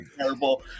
Terrible